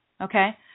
Okay